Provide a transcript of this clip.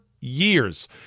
Years